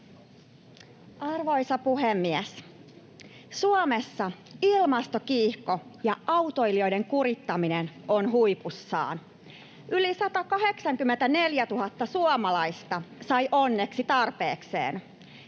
Arvoisa puhemies! Suomessa ilmastokiihko ja autoilijoiden kurittaminen on huipussaan. Yli 184 000 suomalaista sai onneksi tarpeekseen: